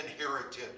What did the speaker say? inherited